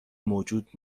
موجود